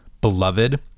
beloved